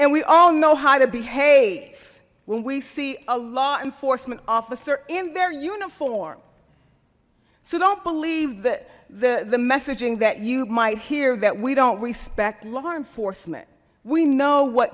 and we all know how to behave when we see a law enforcement officer in their uniform so don't believe that the the messaging that you might hear that we don't respect law enforcement we know what